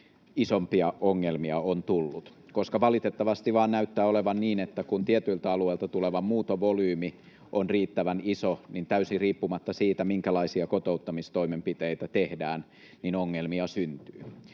isompia ongelmia on tullut, koska valitettavasti vain näyttää olevan niin, että kun tietyiltä alueilta tuleva muuttovolyymi on riittävän iso, niin täysin riippumatta siitä, minkälaisia kotouttamistoimenpiteitä tehdään, ongelmia syntyy.